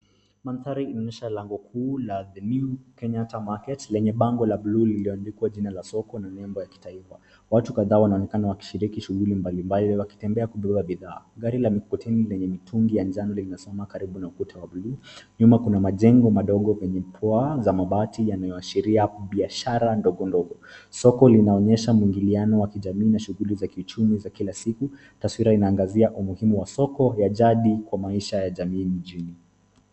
Mandhari inaonyesha lango kuu the new kenyatta market lenye bango la buluu lililondikwa jina la soko na nembo ya kitaifa. Watu kadhaa wanaonekana wakishiriki shughuli mbalimbali wakitembea kubeba bidhaa. Gari la mikokoteni lenye mitungi ya njano limesimama karibu na ukuta wa buluu. Nyuma kuna majengo madogo yenye paa za mabati yanayoashiria biashara ndogondogo. Soko linaonyesha mwingiliano wa kijamii na shughuli za kiuchumi za kila siku. Taswira inaangazia umuhimu wa soko ya jadi kwa maisha ya jamii mjini.